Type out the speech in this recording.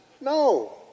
No